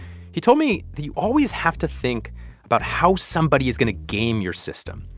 he told me that you always have to think about how somebody is going to game your system.